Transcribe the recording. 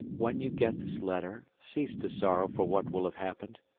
when you get this letter cease to sorrow for what will have happened,